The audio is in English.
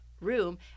room